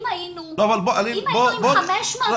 אם היינו עם 500 ילדים,